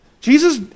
Jesus